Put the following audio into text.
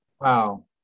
Wow